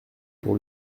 pour